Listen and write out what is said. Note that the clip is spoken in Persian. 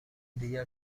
دیگر